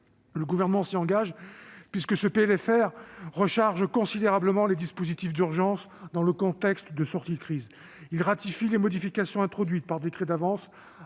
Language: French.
Le Gouvernement s'y engage, puisque ce PLFR recharge considérablement les dispositifs d'urgence dans le contexte de sortie de crise. Il ratifie les modifications introduites par décret d'avance